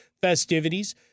festivities